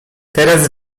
teraz